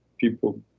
people